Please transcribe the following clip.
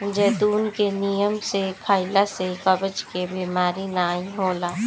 जैतून के नियम से खइला से कब्ज के बेमारी नाइ होला